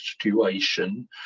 situation